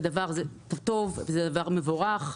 זה דבר טוב וזה דבר מבורך,